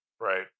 right